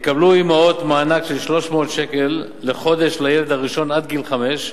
יקבלו אמהות מענק של 300 שקל לחודש לילד הראשון עד גיל חמש,